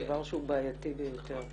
דבר שהוא בעייתי ביותר.